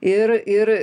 ir ir